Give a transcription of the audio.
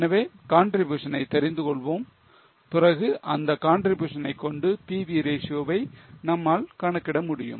எனவே contribution ஐ தெரிந்து கொள்வோம் பிறகு அந்த contribution னை கொண்டு PV ratio இவை நம்மால் கணக்கிட முடியும்